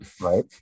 Right